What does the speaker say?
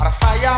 fire